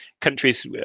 countries